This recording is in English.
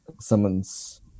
Someone's